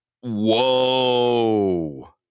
Whoa